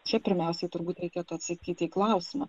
čia pirmiausiai turbūt reikėtų atsakyti į klausimą